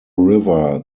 river